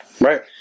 Right